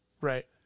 Right